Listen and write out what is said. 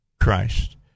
Christ